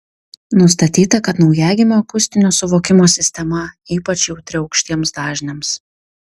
nustatyta kad naujagimio akustinio suvokimo sistema ypač jautri aukštiems dažniams